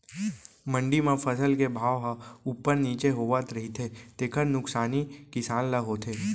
मंडी म फसल के भाव ह उप्पर नीचे होवत रहिथे तेखर नुकसानी किसान ल होथे